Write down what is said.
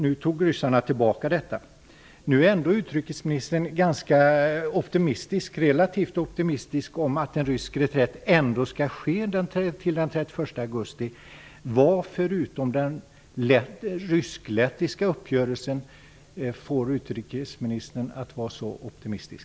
Ryssarna tog nu tillbaka detta datum. Utrikesministern är nu relativt optimistisk om att en rysk reträtt ändå skall genomföras till den 31 augusti. Vad förutom den rysk-lettiska uppgörelsen får utrikesministern att vara så optimistisk?